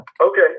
okay